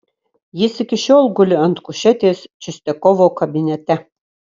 jis iki šiol guli ant kušetės čistiakovo kabinete